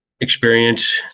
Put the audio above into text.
experience